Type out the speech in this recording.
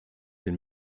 den